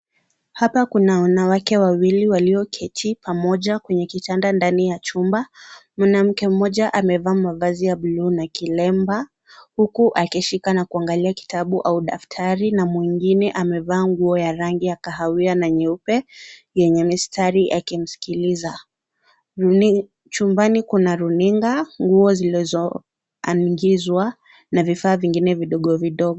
Hapa kuna wanawake wawili walioketi pamoja kwenye kitanda ndani ya chumba. Mwanamke mmoja amevaa mavazi ya bluu na kilemba, huku akishika na kuangalia kitabu au daftari na mwengine amevaa nguo ya rangi ya kahawia na nyeupe yenye mistari akimsikiliza. Chumbani kuna runinga nguo zilizoangizwa na vifaa vingine vidogo vidogo.